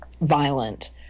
violent